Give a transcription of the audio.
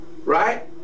Right